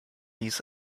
dies